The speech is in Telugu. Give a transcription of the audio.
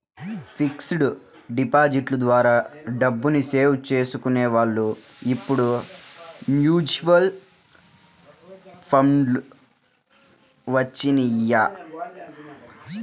ఫిక్స్డ్ డిపాజిట్ల ద్వారా డబ్బుని సేవ్ చేసుకునే వాళ్ళు ఇప్పుడు మ్యూచువల్ ఫండ్లు వచ్చినియ్యి